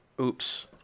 oops